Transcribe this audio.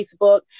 Facebook